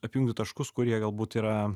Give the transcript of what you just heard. apjungti taškus kurie galbūt yra